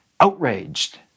outraged